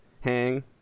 Hang